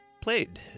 played